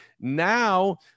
Now